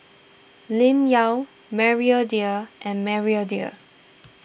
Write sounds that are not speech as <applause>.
Lim Yau Maria Dyer and Maria Dyer <noise>